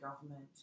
government